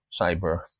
cyber